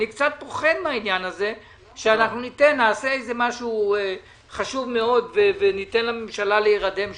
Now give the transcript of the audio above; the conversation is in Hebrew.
אני קצת פוחד מכך שאנחנו נעשה משהו חשוב מאוד וניתן לממשלה להירדם שוב.